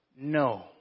No